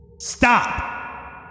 stop